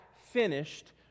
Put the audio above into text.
finished